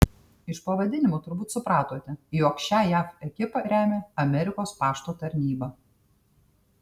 iš pavadinimo turbūt supratote jog šią jav ekipą remia amerikos pašto tarnyba